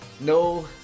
no